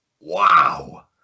Wow